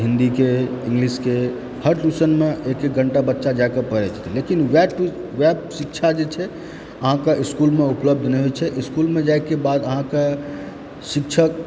हिन्दीके इंग्लिशके हर ट्यूशनमे एक एक घंटा बच्चा जाके पढ़य छथिन लेकिन वएह शिक्षा जे छै अहाँकऽ इस्कूलमे उपलब्ध नहि होइत छै इस्कूलमे जाइके बाद अहाँकेँ शिक्षक